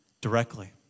Directly